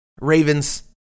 Ravens